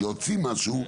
להוציא משהו,